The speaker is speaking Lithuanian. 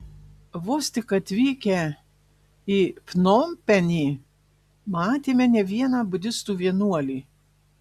vos tik atvykę į pnompenį matėme ne vieną budistų vienuolį